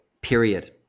period